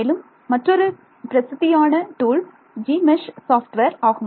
மேலும் மற்றொரு பிரசித்தியான டூல் ஜிமெஷ் சாப்ட்வேர் ஆகும்